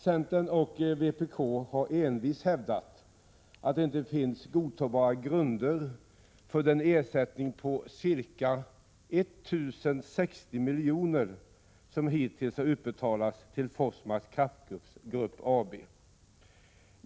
Centern och vpk har envist hävdat att det inte finns godtagbara grunder för den ersättning på ca 1 060 milj.kr. som hittills har utbetalats till Forsmarks Kraftgrupp AB.